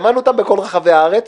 שמענו אותן בכל רחבי הארץ,